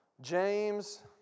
James